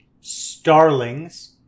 Starling's